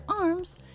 arms